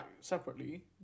separately